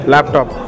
Laptop